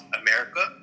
America